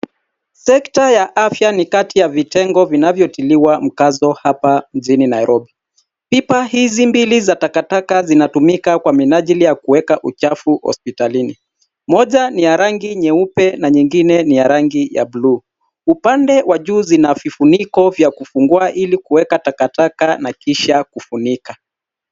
Sekta ya afya ni kati ya vitengo vinavyotiliwa mkazo hapa mjini Nairobi. Pipa hizi mbili za takataka zinatumika kwa minajili ya kuweka uchafu hospitalini. Moja ni ya rangi nyeupe na nyingine ni ya rangi ya bluu. Upande wa juu zina vifuniko vya kufungua ili kuweka takataka na kisha kufunika.